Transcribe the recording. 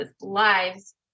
lives